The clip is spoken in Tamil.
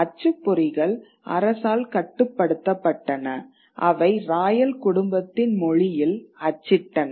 அச்சுப்பொறிகள் அரசால் கட்டுப்படுத்தப்பட்டன அவை ராயல் குடும்பத்தின் மொழியில் அச்சிட்டன